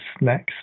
next